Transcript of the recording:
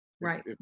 right